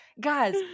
guys